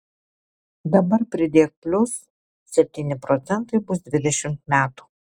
dabar pridėk plius septyni procentai bus dvidešimt metų